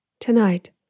Tonight